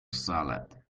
salad